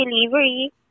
delivery